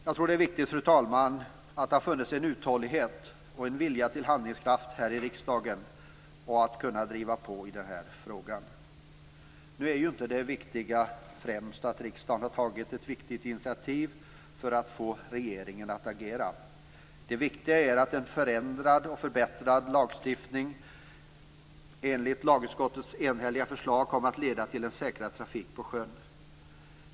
Jag tror att det har varit viktigt, fru talman, att det har funnits en uthållighet och en vilja till handlingskraft här i riksdagen och att vi har kunnat driva på i denna fråga. Det viktiga är inte främst att riksdagen har tagit ett initiativ för att få regeringen att agera. Det viktiga är att en förändrad och förbättrad lagstiftning enligt lagutskottets enhälliga förslag kommer att leda till en säkrare trafik på sjön.